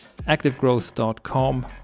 activegrowth.com